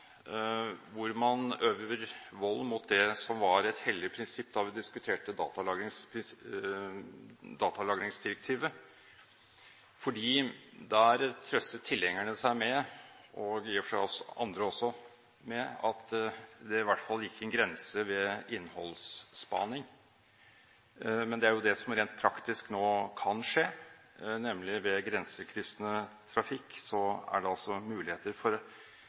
hvor man øver vold mot det som var et hellig prinsipp da vi diskuterte datalagringsdirektivet. Der trøstet tilhengerne – og i og for seg andre også – seg med at det i hvert fall gikk en grense ved innholdsspaning. Men det er jo det som nå rent praktisk kan skje, nemlig at det ved grensekryssende trafikk er muligheter for